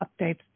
updates